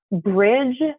bridge